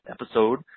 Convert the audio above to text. episode